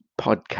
podcast